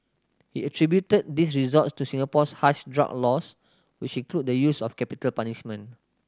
he attributed these results to Singapore's harsh drug laws which include the use of capital punishment